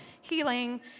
healing